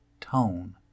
tone